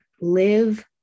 live